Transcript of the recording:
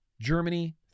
Germany